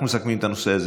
אנחנו מסכמים את הנושא הזה.